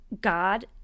God